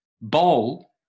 bowl